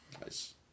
Nice